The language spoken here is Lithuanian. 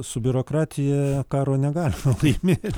su biurokratija karo negalima laimėti